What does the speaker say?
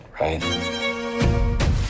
right